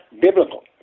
biblical